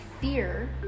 fear